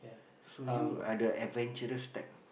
so you are the adventurous type